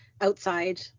outside